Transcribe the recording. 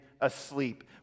asleep